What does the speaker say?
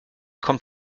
kommt